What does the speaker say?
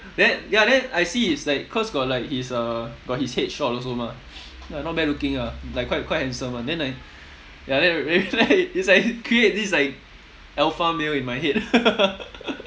then ya then I see his like cause got like his uh got his head shot also mah ya not bad looking ah like quite quite handsome [one] then I ya then right it's like create this like alpha male in my head